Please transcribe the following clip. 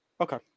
Okay